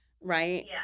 right